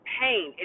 pain